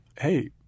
hey